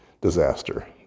disaster